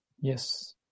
Yes